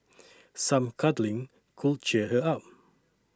some cuddling could cheer her up